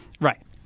right